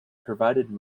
provided